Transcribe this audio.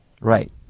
right